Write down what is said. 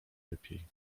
lepiej